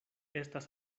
estas